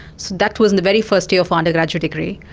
so that was in the very first year of our undergraduate degree,